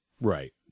Right